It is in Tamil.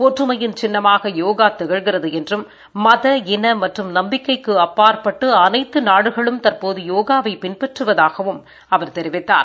ஒற்றுமையின் சின்னமாக யோகா திகழ்கிறது என்றும் மத இன நாடுகள் மற்றும் நம்பிக்கைக்கு அப்பாற்பட்டு அனைத்து நாடுகளும் தற்போது யோகாவை பின்பற்றுவதாக அவர் தெரிவித்தார்